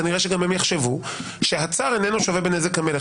כנראה שגם הם יחשבו שהצר איננו שווה בנזק המלך,